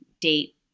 date